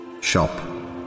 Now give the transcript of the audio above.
shop